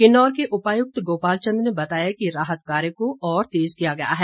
किन्नौर के उपायुक्त गोपालचंद ने बताया कि राहत कार्य को और तेज किया गया है